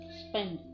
spend